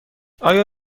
آیا